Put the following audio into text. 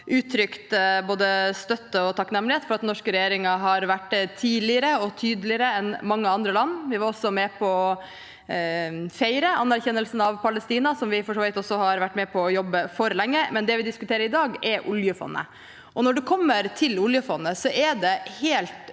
uttrykt både støtte og takknemlighet for at den norske regjeringen har vært tidligere ute og tydeligere enn mange andre land. Vi var også med på å feire anerkjennelsen av Palestina, som vi for så vidt også har vært med og jobbet for lenge. Det vi diskuterer i dag, er oljefondet. Når det gjelder oljefondet, er det helt